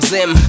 Zim